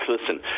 listen